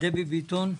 דבי ביטון,